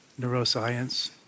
neuroscience